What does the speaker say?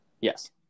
Yes